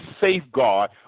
safeguard